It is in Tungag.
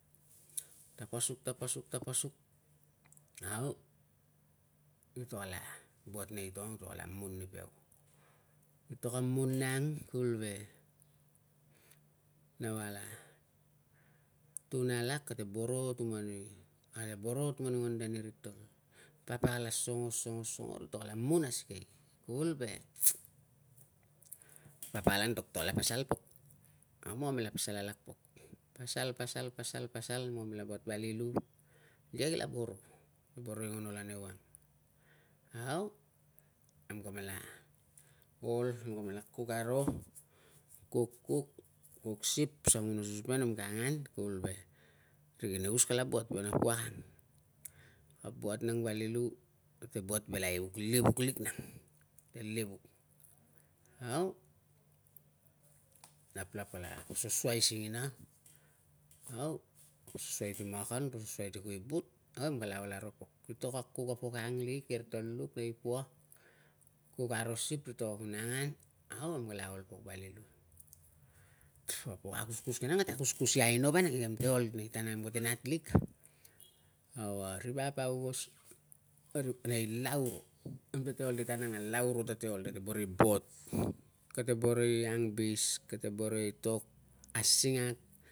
Tapasuk, tapasuk, tapasuk, au nemtol aka buat nei tongong, nemtol ala mun ni peu. Nemtol aka mun nang, kuvul ve nau ala, nau ala tun alak. Ate boro tuman i, ate boro tuman i anguan de ni ritul. Papa kala songo, songo, songo, tol kala mun asikei kuvul ve papa kala antok ta tol la pasal pok. Au kamela pasal alak pok. Pasal, pasal, pasal, pasal, nemela buat vali lu. Ria kila boro, boro i nguan ol an ewang. Au, nemka mela ol, mela cook aro, cook, cook, cook sip, sangu na susupen, nemka angan kuvul ve ri kila buat ve. Ka buat nang vali lu, ate buat velai vuk livuk lik nang, livuk. Au, laplap kala poso suai singina, au poso suai ti makan, poso suai, au nemkala ol aro. Ritol ka kuk a pok ang i ritol luk nei pua, kuk aro sip, kitol kun angan. Au nemla ol vali lu. Au, poi akuskus ke nang, ate akuskus i aino vanang, i kemte ol, i tan ang nem kate natlik. Au ari vap aungos, a ri nei lau, namem te ol ti taun ang na lau ro kate ol, kate boro i bot, kate boro i angbis, kate boro i to a singak.